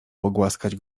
pogłaskać